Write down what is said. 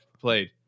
played